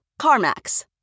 CarMax